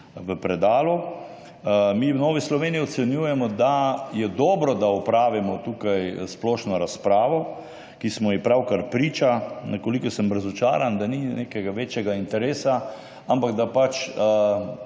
v predalu. Mi v Novi Sloveniji ocenjujemo, da je dobro, da opravimo tukaj splošno razpravo, ki smo ji pravkar priča. Nekoliko sem razočaran, da ni nekega večjega interesa, ampak kot